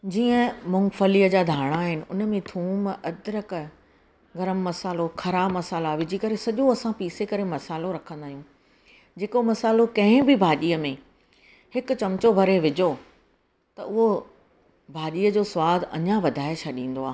जीअं मुंगफलीअ जा धाणा आहिनि उन में थूम अदिरक गरम मसाल्हो खड़ा मसाल्हा विझी करे सॼो असां पीसे करे मसाल्हो रखंदा आहियूं जेको मसाल्हो कंहिं बि भाॼीअ में हिकु चमचो भरे विझो त उहो भाॼीअ जो सवादु अञा वधाए छॾींदो आहे